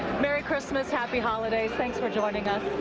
merry christmas. happy holidays. thanks for joining us.